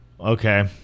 Okay